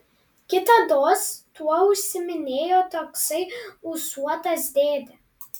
kitados tuo užsiiminėjo toksai ūsuotas dėdė